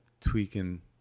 tweaking